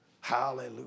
Hallelujah